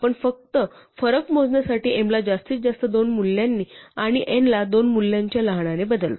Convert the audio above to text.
आपण फरक मोजण्यापूर्वी m ला जास्तीत जास्त दोन मूल्यांनी आणि n ला दोन मूल्यांच्या लहानाने बदलतो